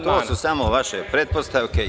To su samo vaše pretpostavke.